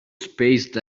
spaced